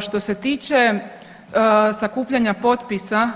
Što se tiče sakupljanja potpisa